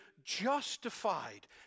justified